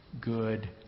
good